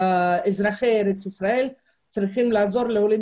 אזרחי ארץ ישראל צריכים לעזור לעולים